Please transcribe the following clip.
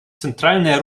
центральная